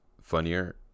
funnier